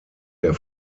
der